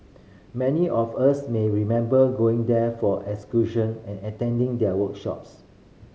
many of us may remember going there for excursion and attending their workshops